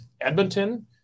Edmonton